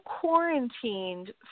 quarantined